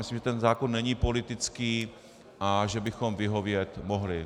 Myslím, že zákon není politický a že bychom vyhovět mohli.